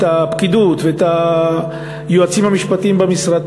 את הפקידות ואת היועצים המשפטיים במשרד,